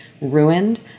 ruined